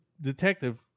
detective